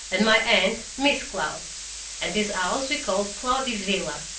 and my aunt, miss cloud and this house we call cloudy villa.